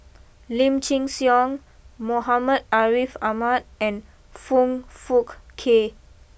Lim Chin Siong Muhammad Ariff Ahmad and Foong Fook Kay